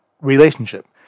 relationship